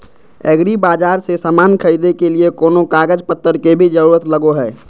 एग्रीबाजार से समान खरीदे के लिए कोनो कागज पतर के भी जरूरत लगो है?